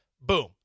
boom